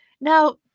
Now